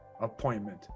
appointment